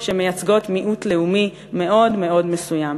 שמייצגות מיעוט לאומי מאוד מאוד מסוים.